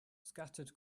scattered